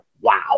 wow